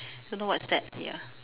don't know what is that ya